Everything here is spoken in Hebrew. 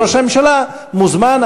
ראש הממשלה מוזמן.